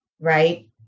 Right